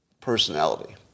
personality